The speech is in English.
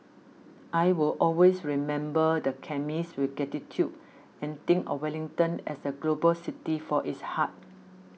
I will always remember the chemist with gratitude and think of Wellington as a global city for its heart